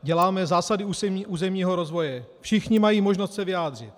Děláme zásady územního rozvoje, všichni mají možnost se vyjádřit.